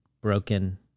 broken